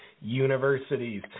universities